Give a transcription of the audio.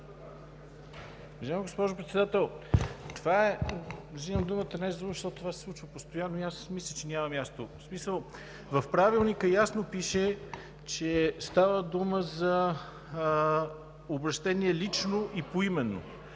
В Правилника ясно пише, че става дума за обръщение лично и поименно.